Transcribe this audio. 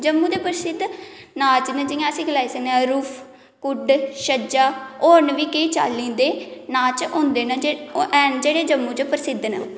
जम्मू दे प्रसिद्ध नाच न जियां अस गलाई सकने रऊफ कुड्ड छज्जा होर बी केईं चाल्ली दे नाच होंदे न जे हैन जेह्ड़े जम्मू च प्रसिद्ध न